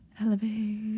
Elevate